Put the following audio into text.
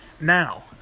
Now